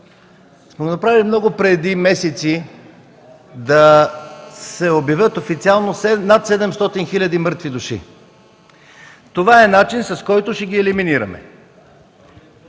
сме го направили много преди да се обявят официално над 700 хиляди мъртви души. Това е начин, по който ще ги елиминираме.